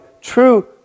True